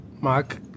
mark